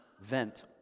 vent